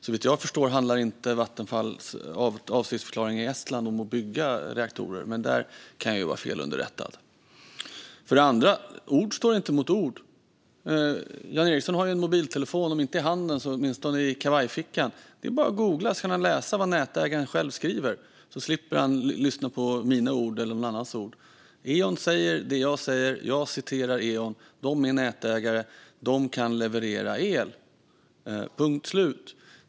Såvitt jag förstår handlar inte Vattenfalls avsiktsförklaring när det gäller Estland om att bygga reaktorer, men där kan jag ju vara felunderrättad. För det andra: Ord står inte mot ord. Jan Ericson har ju en mobiltelefon, om inte i handen så åtminstone i kavajfickan. Det är bara att googla - då kan han läsa vad nätägaren själv skriver. Då slipper han lyssna på mina eller någon annans ord. Eon säger det jag säger; jag citerar Eon. De är nätägare. De kan leverera el, punkt slut.